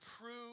prove